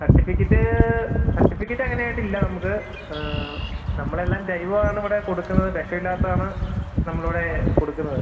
certificate certificate അങ്ങനെയായിട്ടില്ല നമുക്ക് നമ്മൾ എല്ലാം ജൈവം ആണിവിടെ കൊടുക്കുന്നത് വിഷം ഇല്ലാത്തതാണ് നമ്മൾ ഇവിടെ കൊടുക്കുന്നത്